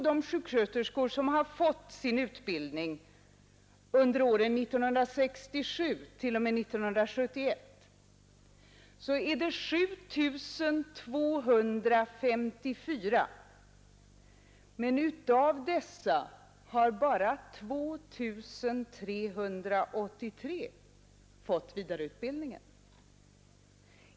De sjuksköterskor som fått sin utbildning under åren 1967-1971 är 7254, men av dessa har bara 2 383 fått vidareutbildningen.